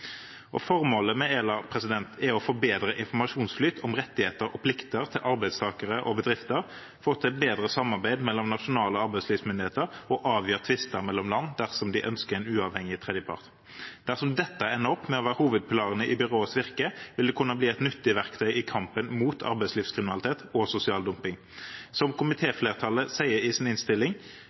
Formålet med ELA er å få bedre informasjonsflyt om rettigheter og plikter for arbeidstakere og bedrifter, få til bedre samarbeid mellom nasjonale arbeidslivsmyndigheter og avgjøre tvister mellom land dersom de ønsker en uavhengig tredjepart. Dersom dette ender opp med å være hovedpilarene i byråets virke, vil det kunne bli et nyttig verktøy i kampen mot arbeidslivskriminalitet og sosial dumping. Som komitéflertallet sier i sin innstilling: